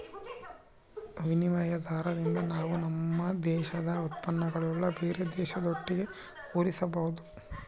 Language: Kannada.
ವಿನಿಮಯ ದಾರದಿಂದ ನಾವು ನಮ್ಮ ದೇಶದ ಉತ್ಪನ್ನಗುಳ್ನ ಬೇರೆ ದೇಶದೊಟ್ಟಿಗೆ ಹೋಲಿಸಬಹುದು